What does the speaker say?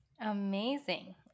Amazing